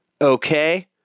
okay